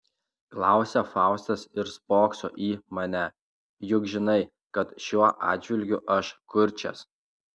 klausia faustas ir spokso į mane juk žinai kad šiuo atžvilgiu aš kurčias